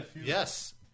yes